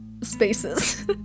spaces